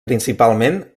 principalment